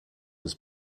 was